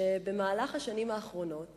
שבשנים האחרונות